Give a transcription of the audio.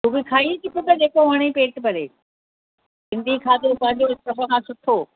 तू बि खाई अचि पुटु जेको वणे पेट भरे सिंधी खाधो असांजो सभ खां सुठो